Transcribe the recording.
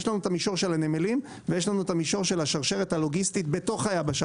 יש לנו המישור של הנמלים והמישור של השרשרת הלוגיסטית בתוך היבשה,